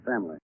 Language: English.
family